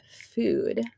food